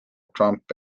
trump